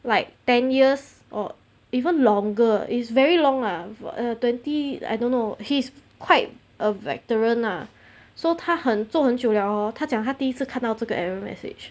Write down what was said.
like ten years or even longer is very long lah uh twenty I don't know he's quite a veteran lah so 他很做很久 liao oh 他讲他第一次看到这个 error message